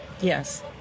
Yes